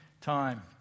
time